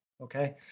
Okay